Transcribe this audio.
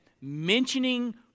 mentioning